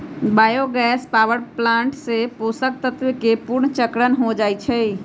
bio gas power plant से पोषक तत्वके पुनर्चक्रण हो जाइ छइ